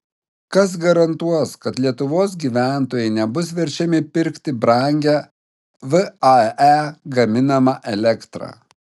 kas garantuos kad lietuvos gyventojai nebus verčiami pirkti brangią vae gaminamą elektrą